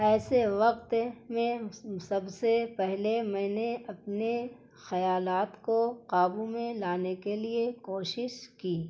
ایسے وقت میں سب سے پہلے میں نے اپنے خیالات کو قابو میں لانے کے لیے کوشش کی